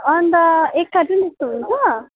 अन्त एक कार्टुन जस्तो हुन्छ